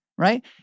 right